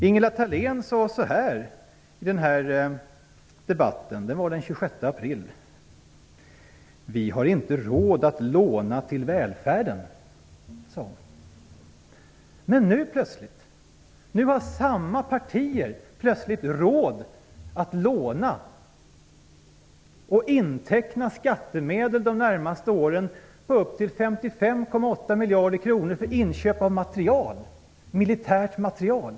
Ingela Thalén sade i debatten den 26 april att vi inte har råd att låna till välfärden. Men nu har plötsligt samma partier råd att låna och att de närmaste åren inteckna skattemedel upp till 55,8 miljarder kronor för inköp av militärt materiel.